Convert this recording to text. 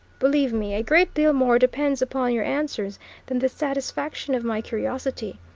believe me, a great deal more depends upon your answers than the satisfaction of my curiosity.